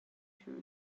shirt